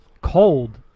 cold